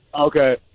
Okay